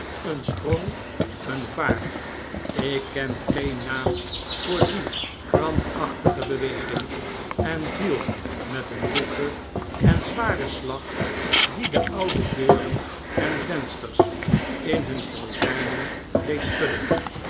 een sprong een vaart ik ken geen naam voor die krampachtige beweging en viel met een doffen en zwaren slag die de oude deuren en vensters in hun kozynen deed schudden